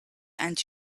and